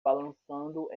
balançando